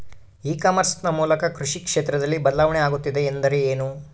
E commerce ನ ಮೂಲಕ ಕೃಷಿ ಕ್ಷೇತ್ರದಲ್ಲಿ ಬದಲಾವಣೆ ಆಗುತ್ತಿದೆ ಎಂದರೆ ಏನು?